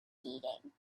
eating